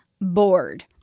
bored